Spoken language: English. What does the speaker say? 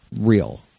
real